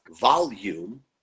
volume